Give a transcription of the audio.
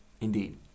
indeed